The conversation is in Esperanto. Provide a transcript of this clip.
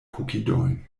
kokidojn